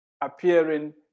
appearing